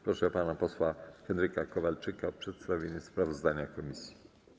Proszę pana posła Henryka Kowalczyka o przedstawienie sprawozdania komisji.